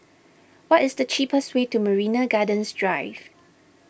what is the cheapest way to Marina Gardens Drive